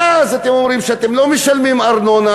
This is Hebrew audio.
ואז אתם אומרים: אתם לא משלמים ארנונה,